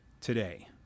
today